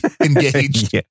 engaged